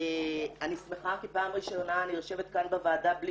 אני שמחה כי פעם ראשונה אני יושבת כאן בוועדה בלי